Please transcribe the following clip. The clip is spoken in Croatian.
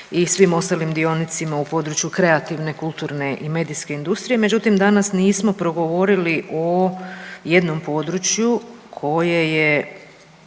i svim ostalim dionicima u području kreativne kulturne i medijske industrije, međutim danas nismo progovorili o jednom području koje je